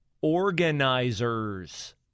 organizers